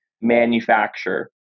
manufacture